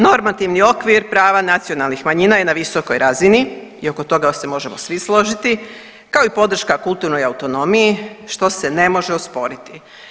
Normativni okvir prava nacionalnih manjina je na visokoj razini i oko toga se možemo svi složiti, kao i podrška kulturnoj autonomiji što se ne može osporiti.